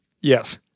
Yes